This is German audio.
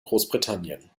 großbritannien